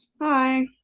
Hi